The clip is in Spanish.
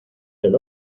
del